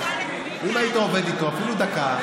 אם היית עובד איתו אפילו דקה,